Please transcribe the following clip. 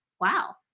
wow